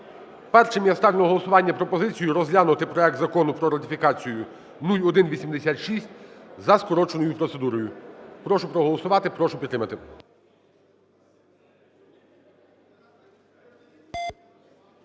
Першим я ставлю на голосування пропозицію розглянути проект Закону про ратифікацію (0186) за скороченою процедурою. Прошу проголосувати. Прошу підтримати.